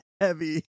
heavy